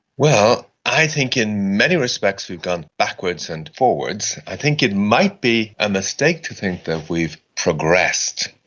well, i think in many respects we've gone backwards and forwards. i think it might be a mistake to think that we've progressed.